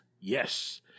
yes